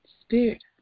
Spirit